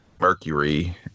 Mercury